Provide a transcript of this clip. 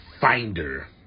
finder